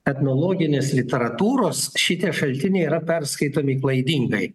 etnologinės literatūros šitie šaltiniai yra perskaitomi klaidingai